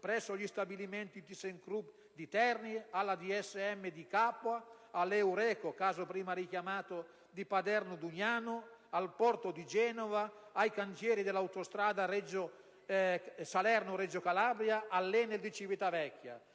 presso gli stabilimenti ThyssenKrupp di Terni, la DSM di Capua, l'EURECO - caso prima richiamato - di Paderno Dugnano, il porto di Genova, i cantieri dell'autostrada Salerno-Reggio Calabria, l'ENEL di Civitavecchia,